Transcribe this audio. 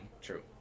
True